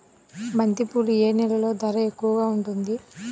బంతిపూలు ఏ నెలలో ధర ఎక్కువగా ఉంటుంది?